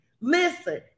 Listen